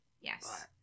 yes